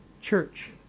church